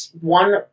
one